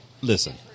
Listen